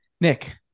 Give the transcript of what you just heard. Nick